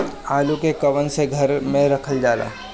आलू के कवन से घर मे रखल जाला?